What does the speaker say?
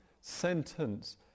sentence